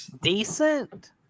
Decent